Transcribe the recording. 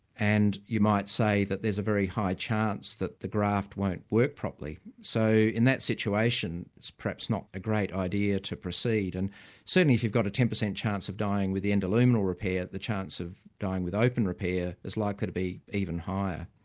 and you might say that there's a very high chance that the graft won't work properly. so in that situation, it's perhaps not a great idea to proceed. and certainly if you've got a ten percent of dying with the endoluminal repair, the chance of dying with open repair is likely to be even higher.